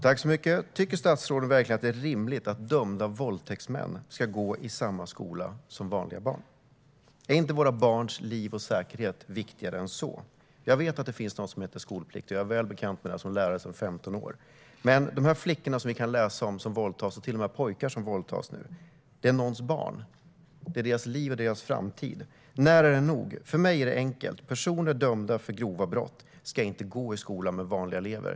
Herr talman! Tycker statsrådet verkligen att det är rimligt att dömda våldtäktsmän ska gå i samma skola som vanliga barn? Är inte våra barns liv och säkerhet viktigare än så? Jag vet att det finns något som heter skolplikt; som lärare sedan 15 år är jag väl med bekant med det. Men dessa flickor som våldtas och som vi kan läsa om - det är till och med pojkar som våldtas - är någons barn. Det handlar om deras liv och deras framtid. När är det nog? För mig är det enkelt. Personer dömda för grova brott ska inte gå i skolan med vanliga elever.